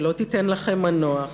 שלא תיתן לכם מנוח